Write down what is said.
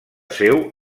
seu